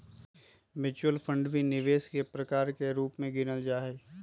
mutual fund भी निवेश के प्रकार के रूप में गिनल जाहई